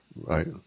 Right